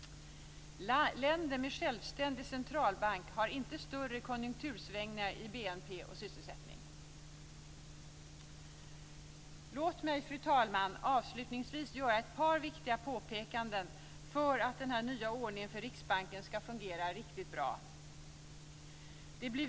Länder med självständig centralbank har inte större konjunktursvängningar i Fru talman! Låt mig göra ett par viktiga påpekanden för att den nya ordningen för Riksbanken skall fungera riktigt bra.